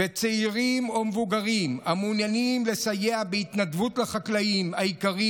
צעירים או מבוגרים המעוניינים לסייע בהתנדבות לחקלאים היקרים,